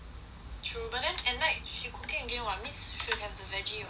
true but then at night she cooking again [what] means should have the vege~ [what]